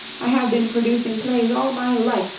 i have been producing plays all my life,